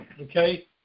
okay